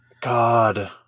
God